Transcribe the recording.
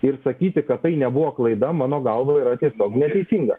ir sakyti kad tai nebuvo klaida mano galva yra tiesiog neteisinga